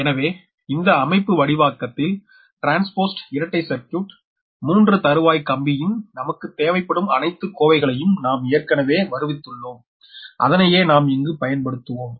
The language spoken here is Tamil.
எனவே இந்த அமைப்புவடிவாக்கத்தில் ட்ரான்ஸ்போஸ்ட் இரட்டை சர்க்கியூட் ட்ரான்ஸ்போஸ்ட் double circuit 3 தருவாய் கம்பியின் நமக்கு தேவைப்படும் அனைத்து கோவைகளையம் நாம் ஏற்கனவே வருவித்துள்ளோம் அதனையே நாம் இங்கு பயன்படுத்துவோம்